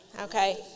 Okay